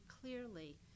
clearly